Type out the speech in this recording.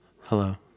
Hello